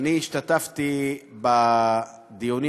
אני השתתפתי בדיונים,